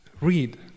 read